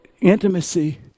intimacy